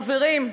חברים,